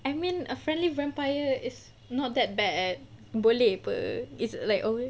I mean a friendly vampire is not that bad eh boleh [pe] it's like always